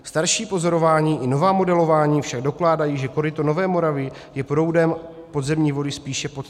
Starší pozorování i nová modelování však dokládají, že koryto Nové Moravy je proudem podzemní vody spíše podtékáno.